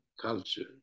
culture